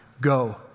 go